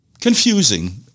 confusing